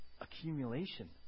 accumulation